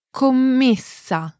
commessa